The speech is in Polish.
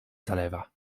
zalewa